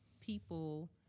people